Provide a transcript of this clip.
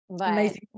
Amazing